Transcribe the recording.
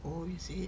oh is it